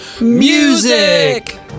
music